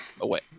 away